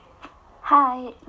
Hi